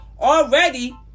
already